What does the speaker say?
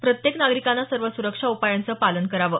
प्रत्येक नागरिकाने सर्व सुरक्षा उपायांचं पालन करावं